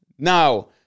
Now